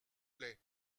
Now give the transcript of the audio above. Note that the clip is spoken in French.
plaît